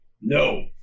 No